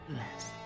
less